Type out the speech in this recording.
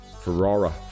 Ferrara